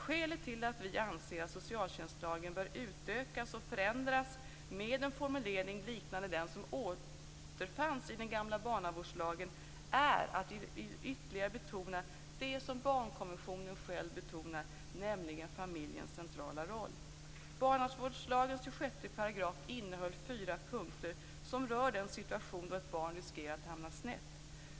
Skälet till att vi anser att socialtjänstlagen bör utökas och förändras med en formulering liknande den som återfanns i den gamla barnavårdslagen är att vi ytterligare vill betona det som barnkonventionen betonar, nämligen familjens centrala roll. Barnavårdslagens 26 § innehöll fyra punkter som rör den situation då ett barn riskerar att hamna snett.